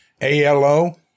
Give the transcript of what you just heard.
A-L-O